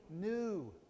new